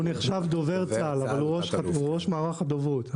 הוא נחשב דובר צה"ל אבל ראש מערך הדוברות.